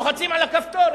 לוחצים על הכפתור,